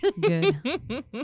Good